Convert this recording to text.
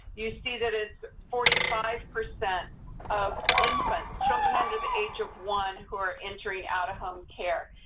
you see that it's forty five percent of infants, children under the age of one, who are entering out-of-home care.